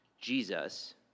Jesus